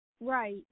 Right